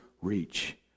reach